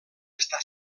està